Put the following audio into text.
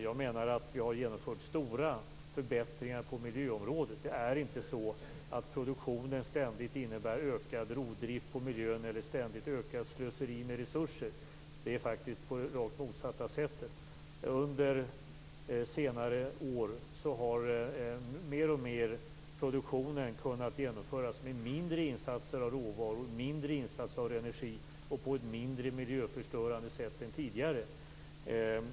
Jag menar att vi har genomfört stora förbättringar på miljöområdet. Produktionen innebär inte ständigt ökad rovdrift på miljön eller ständigt ökat slöseri med resurser. Det är faktiskt på det rakt motsatta sättet. Under senare år har produktionen mer och mer kunnat genomföras med mindre insatser av råvaror och energi och på ett mindre miljöförstörande sätt än tidigare.